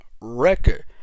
record